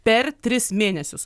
per tris mėnesius